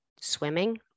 swimming